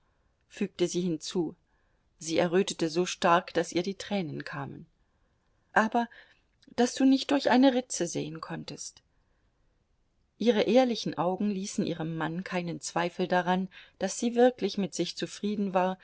fügte sie hinzu sie errötete so stark daß ihr die tränen kamen aber daß du nicht durch eine ritze sehen konntest ihre ehrlichen augen ließen ihrem mann keinen zweifel daran daß sie wirklich mit sich zufrieden war